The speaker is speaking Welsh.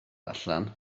allan